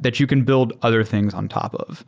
that you can build other things on top of.